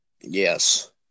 yes